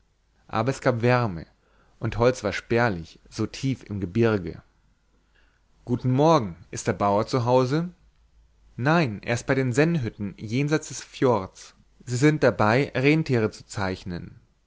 aber es gab wärme und holz war spärlich so tief im gebirge guten morgen ist der bauer zu hause nein er ist bei sennhütten jenseits des fjords sie sind dabei renntiere zu zeichnen